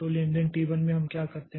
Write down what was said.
तो लेनदेन T 1 में हम क्या करते हैं